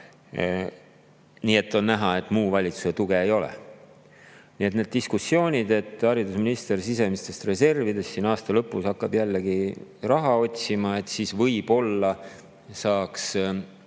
nii et on näha, et muu valitsuse tuge ei ole. Need diskussioonid, et haridusminister sisemistest reservidest aasta lõpus hakkab jällegi raha otsima – võib-olla saaks